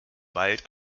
bald